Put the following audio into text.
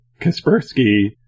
Kaspersky